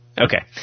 Okay